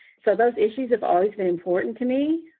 so those issues have always been important to me.